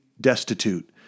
destitute